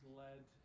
led